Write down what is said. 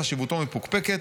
חשיבותו מפוקפקת'.